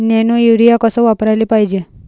Nano urea कस वापराले पायजे?